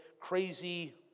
crazy